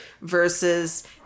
versus